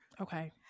Okay